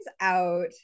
out